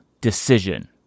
decision